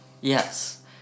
yes